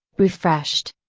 refreshed.